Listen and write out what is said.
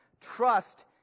Trust